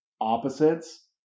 opposites